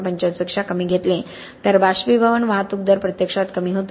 45 पेक्षा कमी घेतले तर बाष्पीभवन वाहतूक दर प्रत्यक्षात कमी होतो